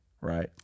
right